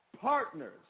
partners